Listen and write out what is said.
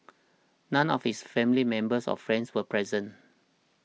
none of his family members or friends were present